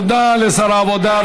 תודה לשר העבודה,